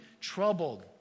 troubled